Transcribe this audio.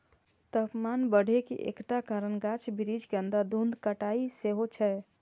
तापमान बढ़े के एकटा कारण गाछ बिरिछ के अंधाधुंध कटाइ सेहो छै